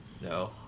No